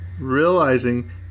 Realizing